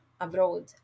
abroad